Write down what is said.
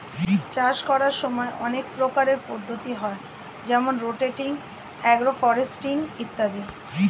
চাষ করার সময় অনেক প্রকারের পদ্ধতি হয় যেমন রোটেটিং, এগ্রো ফরেস্ট্রি ইত্যাদি